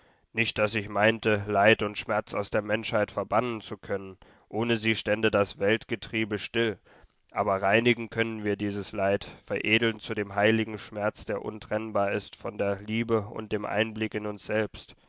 nicht daß ich meinte leid und schmerz aus der menschheit verbannen zu können ohne sie stände das weltgetriebe still aber reinigen können wir dieses leid veredeln zu dem heiligen schmerz der untrennbar ist von der liebe und dem einblick in uns selbst